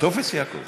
טופס יעקב.